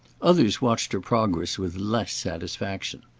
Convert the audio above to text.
others watched her progress with less satisfaction.